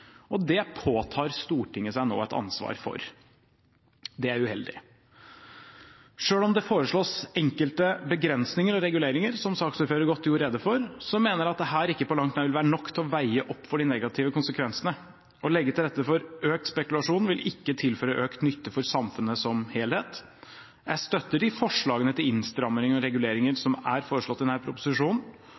og det påtar Stortinget seg nå et ansvar for. Det er uheldig. Selv om det foreslås enkelte begrensninger og reguleringer, som saksordføreren godt gjorde rede for, mener jeg at dette ikke på langt nær vil være nok til å veie opp for de negative konsekvensene. Det å legge til rette for økt spekulasjon vil ikke tilføre økt nytte for samfunnet som helhet. Jeg støtter de forslagene til innstramminger og reguleringer som er foreslått i denne proposisjonen,